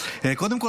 קודם כול,